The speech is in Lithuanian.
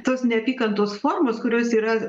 tos neapykantos formos kurios yra